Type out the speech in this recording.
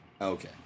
Okay